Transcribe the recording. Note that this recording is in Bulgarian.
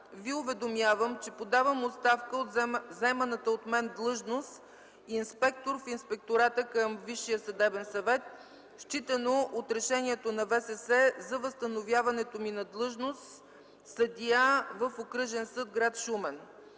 Ви уведомявам, че подавам оставка от заеманата от мен длъжност – инспектор в Инспектората към Висшия съдебен съвет, считано от Решението на ВСС за възстановяването ми на длъжност съдия в Окръжен съд – гр. Шумен.